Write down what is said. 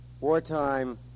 wartime